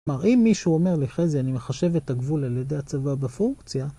‫כלומר, אם מישהו אומר לי, ‫חזי, אני מחשב את הגבול ‫על ידי הצבה בפונקציה...